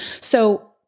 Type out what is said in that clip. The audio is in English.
So-